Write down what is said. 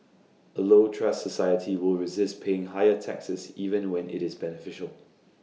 A low trust society will resist paying higher taxes even when IT is beneficial